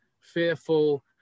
fearful